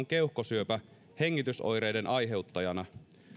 keuhkosyöpä hengitysoireiden aiheuttajana